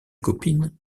copine